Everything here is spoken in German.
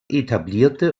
etablierte